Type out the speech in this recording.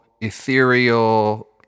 ethereal